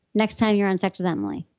next time you're on sex with emily